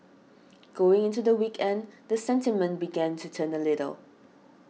going into the weekend the sentiment began to turn a little